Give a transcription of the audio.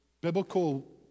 biblical